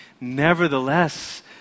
Nevertheless